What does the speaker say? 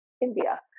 India